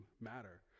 matter